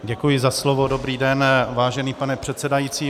Děkuji za slovo, dobrý den, vážený pane předsedající, vážené